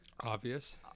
obvious